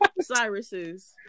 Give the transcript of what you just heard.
Cyrus's